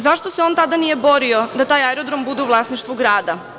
Zašto se on tada nije borio da taj Aerodrom bude u vlasništvu grada?